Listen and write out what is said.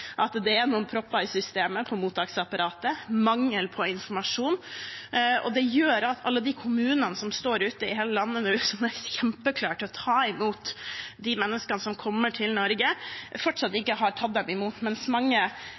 at det er noen propper i systemet i mottaksapparatet og mangel på informasjon. Det gjør at kommunene ute i hele landet nå som står og er kjempeklare til å ta imot de menneskene som kommer til Norge, fortsatt ikke har tatt dem imot, mens mange